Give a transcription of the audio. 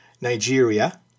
Nigeria